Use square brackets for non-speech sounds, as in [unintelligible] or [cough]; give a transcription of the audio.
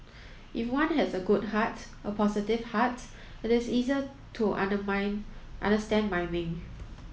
if one has a good heart a positive heart it is easier to [unintelligible] understand miming